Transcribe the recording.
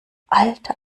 alter